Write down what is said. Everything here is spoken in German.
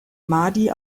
mahdi